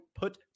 put